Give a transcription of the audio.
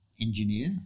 engineer